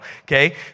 Okay